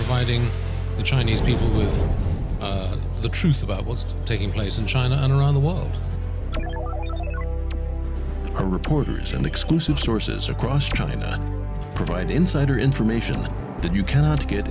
fighting the chinese people is the truth about what's taking place in china and around the world are reporters and exclusive sources across china provide insider information that you cannot get